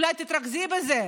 אולי תתרכזי בזה.